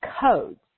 codes